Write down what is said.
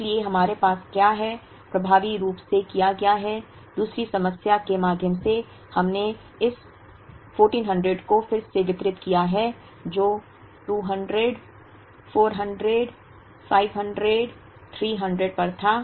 इसलिए हमारे पास क्या है प्रभावी रूप से किया गया है दूसरी समस्या के माध्यम से हमने इस 1400 को फिर से वितरित किया है जो 200 400 500 300 पर था